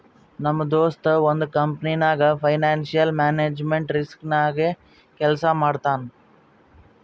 ನಮ್ ದೋಸ್ತ ಒಂದ್ ಕಂಪನಿನಾಗ್ ಫೈನಾನ್ಸಿಯಲ್ ಮ್ಯಾನೇಜ್ಮೆಂಟ್ ರಿಸ್ಕ್ ನಾಗೆ ಕೆಲ್ಸಾ ಮಾಡ್ತಾನ್